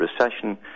recession